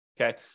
Okay